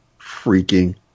freaking